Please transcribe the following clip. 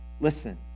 listen